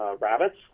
rabbits